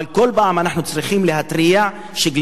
אבל כל פעם אנחנו צריכים להתריע שגלישת